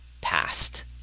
past